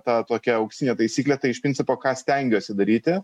ta tokia auksinė taisyklė tai iš principo ką stengiuosi daryti